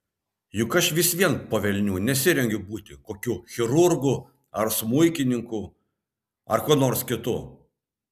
juk aš vis vien po velnių nesirengiu būti kokiu chirurgu ar smuikininku ar kuo nors kitu